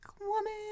woman